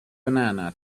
banana